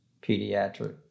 pediatric